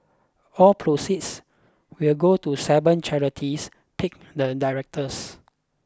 all proceeds will go to seven charities picked the directors